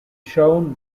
shown